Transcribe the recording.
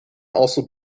also